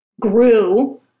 grew